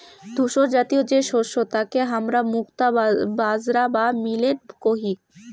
ধূসরজাতীয় যে শস্য তাকে হামরা মুক্তা বাজরা বা মিলেট কহি